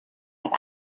have